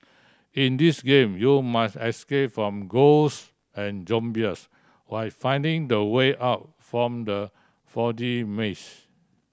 in this game you must escape from ghost and zombies while finding the way out from the foggy maze